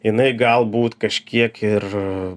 jinai galbūt kažkiek ir